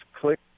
Click